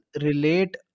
relate